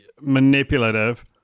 manipulative